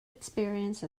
experience